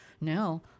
now